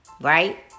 right